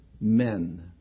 men